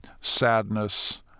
sadness